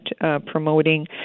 promoting